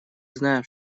знаем